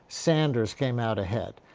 sanders came out ahead.